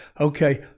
Okay